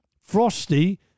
frosty